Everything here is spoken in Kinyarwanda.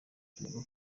tugomba